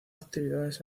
actividades